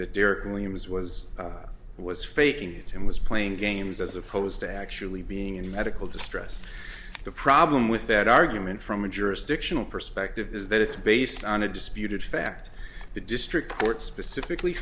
it was was was faking it and was playing games as opposed to actually being in medical distress the problem with that argument from a jurisdictional perspective is that it's based on a disputed fact the district court specifically